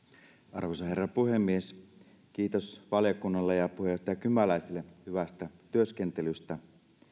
arvoisa herra puhemies kiitos valiokunnalle ja puheenjohtaja kymäläiselle hyvästä työskentelystä